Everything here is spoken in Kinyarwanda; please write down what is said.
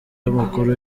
y’umukuru